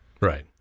Right